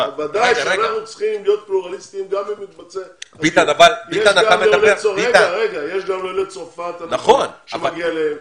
ודאי שאנחנו צריכים להיות פלורליסטים גם - יש גם עולי צרפת שמגיע להם,